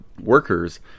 workers